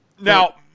Now